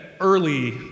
early